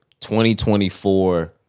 2024